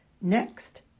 Next